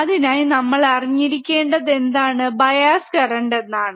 അതിനായി നമ്മൾ അറിഞ്ഞിരിക്കേണ്ടത് എന്താണ് ബയാസ് കറന്റ് എന്നാണ്